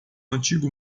antigo